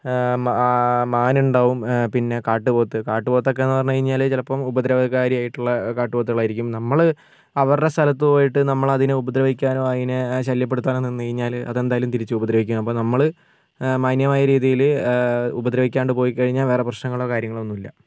മാ മാന്ണ്ടാവും പിന്നെ കാട്ട് പോത്ത് കാട്ട് പോത്തേക്കെന്നു പറഞ്ഞ് കഴിഞ്ഞാൽ ചിലപ്പോൾ ഇപ്പം ഉപദ്രവകാരികളായിട്ടുള്ള കാട്ടു പോത്തുകളായിരിക്കും നമ്മൾ അവരുടെ സ്ഥലത്ത് പോയിട്ട് നമ്മളതിനെ ഉപദ്രവിക്കാനോ അതിനെ ശല്യപ്പെടുത്താനോ നിന്ന് കഴിഞ്ഞാൽ അത് എന്തായാലും തിരിച്ച് ഉപദ്രവിക്കും അപ്പം നമ്മൾ മാന്യമായ രീതിയിൽ ആ ഉപദ്രവിക്കാണ്ട് പോയിക്കഴിഞ്ഞാൽ വേറെ പ്രശ്നങ്ങളോ കാര്യങ്ങളോ ഒന്നൂമില്ല